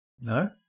No